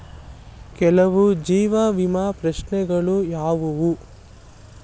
ಕೆಲವು ಜೀವ ವಿಮಾ ಪ್ರಶ್ನೆಗಳು ಯಾವುವು?